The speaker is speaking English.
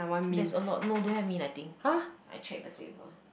there's a lot no don't have mint I think I check the flavour